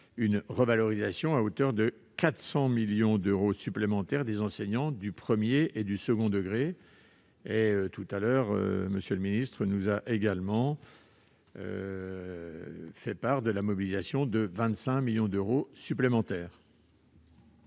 une revalorisation à hauteur de 400 millions d'euros supplémentaires des enseignants du premier et du second degré. Précédemment, M. le ministre nous a également informés de la mobilisation de 25 millions d'euros supplémentaires.